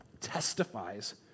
testifies